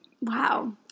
Wow